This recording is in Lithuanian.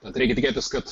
tad reikia tikėtis kad